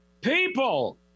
people